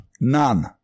None